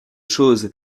chose